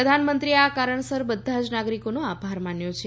પ્રધાનમંત્રીએ આ કારણસર બધા જ નાગરિકોનો આભાર માન્યો છે